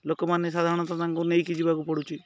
ଲୋକମାନେ ସାଧାରଣତଃ ତାଙ୍କୁ ନେଇକି ଯିବାକୁ ପଡ଼ୁଛି